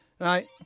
Right